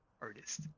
artist